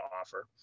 offer